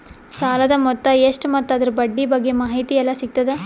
ಸಾಲದ ಮೊತ್ತ ಎಷ್ಟ ಮತ್ತು ಅದರ ಬಡ್ಡಿ ಬಗ್ಗೆ ಮಾಹಿತಿ ಎಲ್ಲ ಸಿಗತದ?